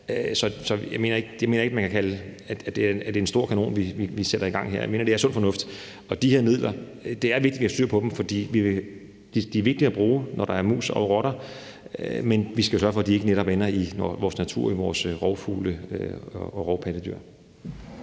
ikke, man kan sige, at det er en stor kanon, vi sætter i gang her. Jeg mener, det er sund fornuft. Det er vigtigt, at vi har styr på de her midler, for de er vigtige at bruge, når der er mus og rotter, men vi skal jo sørge for, at de netop ikke ender i vores natur og i vores rovfugle og rovpattedyr.